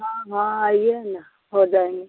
हाँ हाँ आइए ना हो जाएँगे